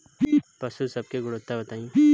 पशु सब के गुणवत्ता बताई?